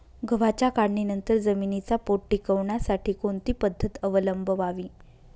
गव्हाच्या काढणीनंतर जमिनीचा पोत टिकवण्यासाठी कोणती पद्धत अवलंबवावी?